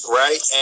right